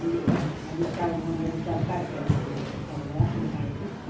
बिच्चा बिच्चा काटके ओकरा हम सूखा कऽ ओकरा झा के